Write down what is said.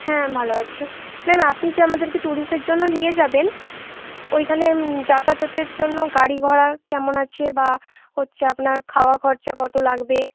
হ্যাঁ আমি ভালো আছি ম্যাম আপনি যে আমাদেরকে ট্যুরসের জন্য নিয়ে যাবেন ওইখানে যাতায়াতের জন্য গাড়ি ভাড়া কেমন আছে বা হচ্চে আপনার খাওয়া খরচা কতো লাগবে